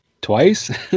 twice